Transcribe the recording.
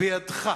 זה בידך.